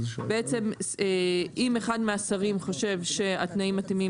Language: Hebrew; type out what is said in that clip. בעצם אם אחד מהשרים חושב שהתנאים מתאימים